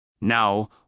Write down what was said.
Now